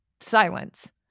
silence